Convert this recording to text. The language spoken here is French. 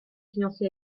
fiancé